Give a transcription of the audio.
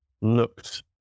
looked